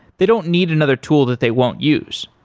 they don't need another tool that they won't use.